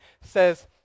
says